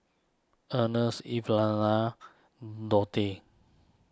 Earnest Evelina Donte